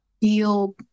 feel